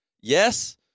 yes